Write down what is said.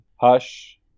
Hush